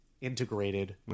integrated